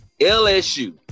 LSU